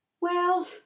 well